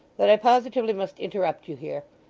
that i positively must interrupt you here.